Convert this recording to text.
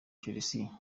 chelsea